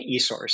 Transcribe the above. eSource